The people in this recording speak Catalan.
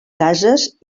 cases